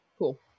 Cool